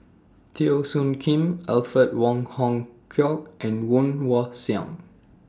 Teo Soon Kim Alfred Wong Hong Kwok and Woon Wah Siang